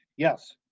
yes,